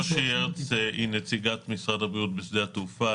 שושי הרץ היא נציגת משרד הבריאות בשדה התעופה,